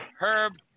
Herb